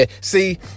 See